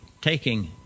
taking